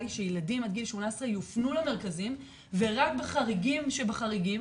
היא שילדים עד גיל 18 יופנו למרכזים ורק בחריגים שבחריגים,